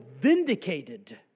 vindicated